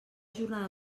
jornada